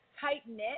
tight-knit